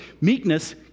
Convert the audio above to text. meekness